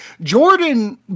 Jordan